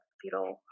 fetal